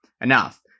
enough